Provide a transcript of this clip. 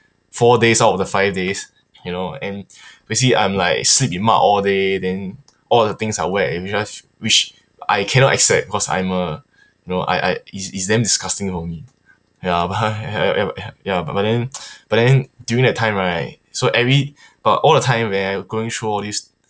four days out of the five days you know and basically I'm like sleep in mud all day then all of the things are wet because which I cannot accept cause I'm a you know I I it's it's damn disgusting for me ya but have but then but then during that time right so every but all the time when I'm going through all this